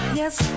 Yes